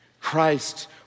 Christ